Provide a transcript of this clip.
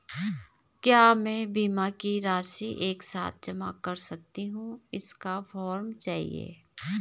क्या मैं बीमा की राशि एक साथ जमा कर सकती हूँ इसका फॉर्म चाहिए?